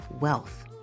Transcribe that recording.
wealth